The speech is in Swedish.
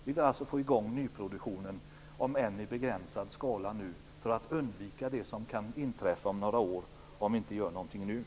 Vi kan alltså få i gång nyproduktionen nu, om än i begränsad skala, för att undvika det som kan inträffa om några år om ingenting görs.